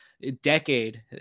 decade